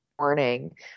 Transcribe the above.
morning